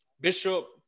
Bishop